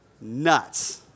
Nuts